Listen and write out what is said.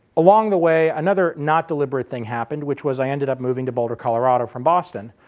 along the way another not deliberate thing happened, which was, i ended up moving to boulder, colorado from boston.